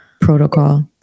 protocol